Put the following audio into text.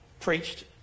preached